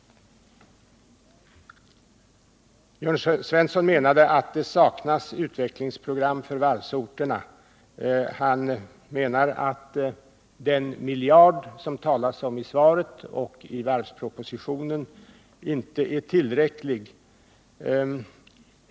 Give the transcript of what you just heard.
Jörn Svensson menade att det saknas utvecklingsprogram för varvsorterna. Han anser att den miljard som det talas om i svaret och i varvspropositionen inte är tillräcklig.